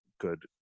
good